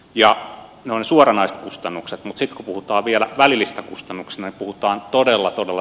ja ne suoranaiset kustannukset ja sitä muuttavia välillisten kustannuksemme puhutaan todella todella